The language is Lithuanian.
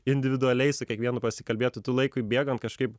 individualiai su kiekvienu pasikalbėt tai tu laikui bėgant kažkaip